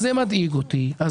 זה אמור להדאיג אותך באותה מידה.